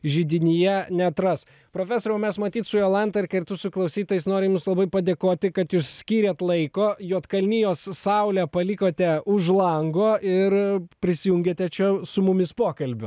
židinyje neatras profesoriau mes matyt su jolanta ir kartu su klausytojais norim jums labai padėkoti kad jūs skyrėt laiko juodkalnijos saulę palikote už lango ir prisijungėte tačiau su mumis pokalbio